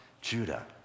Judah